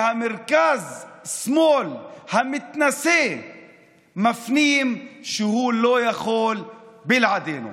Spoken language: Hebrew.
והמרכז-שמאל המתנשא מפנים שהוא לא יכול בלעדינו.